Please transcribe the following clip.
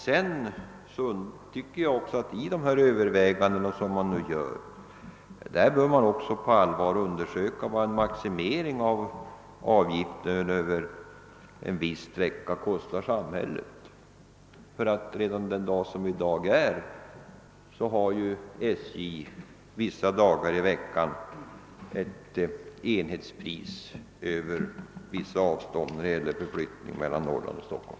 Jag tycker också att man vid de här övervägandena på allvar bör undersöka vad en maximering av avgiften till viss sträcka kostar samhället. Redan i dag har ju SJ somliga dagar i veckan ett enhetspris för vissa avstånd när det gäller förflyttning mellan Norrland och Stockholm.